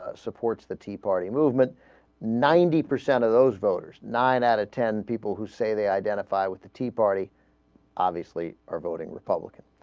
ah supports the tea party movement ninety percent of those voters nine added ten people who say they identify with the tea party obviously are voting republican